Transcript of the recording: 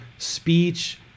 speech